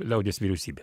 liaudies vyriausybė